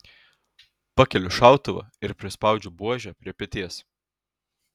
pakeliu šautuvą ir prispaudžiu buožę prie peties